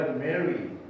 Mary